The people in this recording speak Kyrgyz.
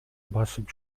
басып